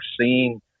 seeing